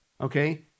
Okay